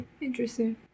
Interesting